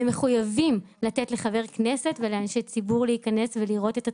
הם מחויבים לתת לחברי כנסת ולאנשי ציבור להיכנס ולראות את התנאים,